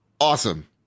awesome